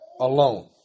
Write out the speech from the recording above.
alone